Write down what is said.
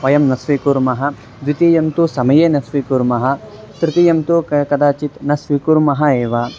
वयं न स्वीकुर्मः द्वितीयं तु समये न स्वीकुर्मः तृतीयं तु क कदाचित् न स्वीकुर्मः एव